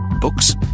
Books